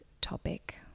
topic